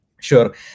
Sure